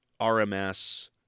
RMS